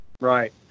right